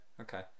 okay